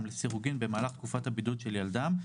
לסירוגין במהלך תקופת הבידוד של ילדם,